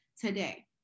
today